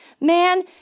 man